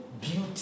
beauty